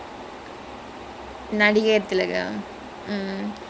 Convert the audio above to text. oh Nadigaiyar திலகமா:nadikaiyar thilagamaa ya